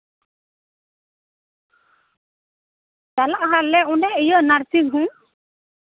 ᱪᱟᱞᱟᱜᱼᱟ ᱦᱟᱸᱜ ᱞᱮ ᱚᱸᱰᱮ ᱱᱟᱨᱥᱤᱝ ᱦᱳᱢ